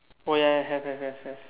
oh ya ya have have have have